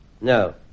no